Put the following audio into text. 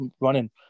running